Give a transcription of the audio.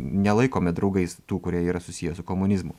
nelaikome draugais tų kurie yra susiję su komunizmu